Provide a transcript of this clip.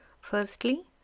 Firstly